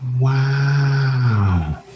wow